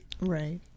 right